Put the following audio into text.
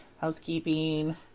Housekeeping